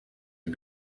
are